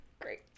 Great